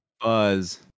buzz